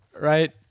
Right